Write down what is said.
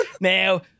Now